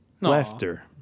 Laughter